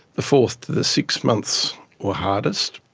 the fourth to the sixth months were hardest.